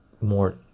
more